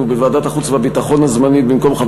בוועדת החוץ והביטחון הזמנית: במקום חבר